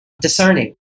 discerning